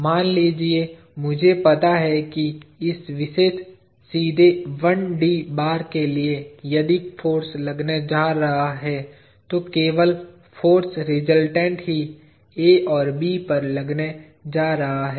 मान लीजिए मुझे पता है कि इस विशेष सीधे 1 D बार के लिए यदि फाॅर्स लगने जा रहा हैं तो केवल फाॅर्स रिजल्टंट ही A और B पर लगने जा रहा हैं